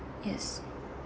yes